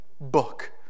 book